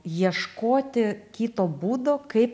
ieškoti kito būdo kaip